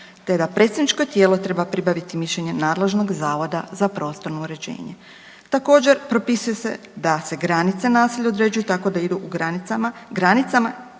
te da predstavničko tijelo treba pribaviti mišljenje nadležnog zavoda za prostorno uređenje. Također, propisuje se da se granice naselja određuju tako da idu u granicama,